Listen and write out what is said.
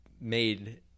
made